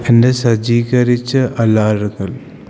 എൻ്റെ സജ്ജീകരിച്ച